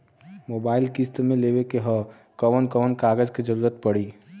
Mobile किस्त मे लेवे के ह कवन कवन कागज क जरुरत पड़ी?